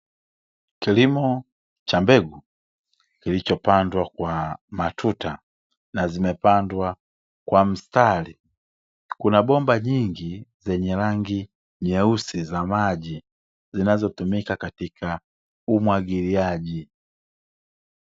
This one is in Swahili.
Kilimo cha mbegu kilichopandwa kwa matuta na zimepandwa kwa mstari, kuna bomba jingi zenye rangi nyeusi za maji zinazotumika katika umwagiliaji.